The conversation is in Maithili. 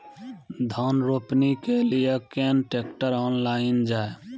धान रोपनी के लिए केन ट्रैक्टर ऑनलाइन जाए?